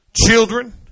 children